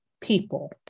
people